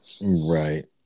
Right